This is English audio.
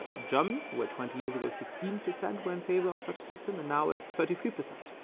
ah germany, where twenty years ago, sixteen percent were in favor of such system, and now it's thirty three percent.